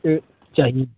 यह चाहिए